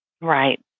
Right